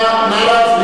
מי נמנע?